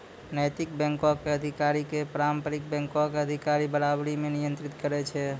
नैतिक बैंको के अधिकारी के पारंपरिक बैंको के अधिकारी बराबरी मे नियंत्रित करै छै